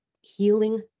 healing